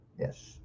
yes